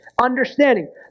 Understanding